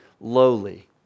lowly